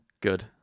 Good